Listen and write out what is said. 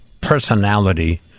personality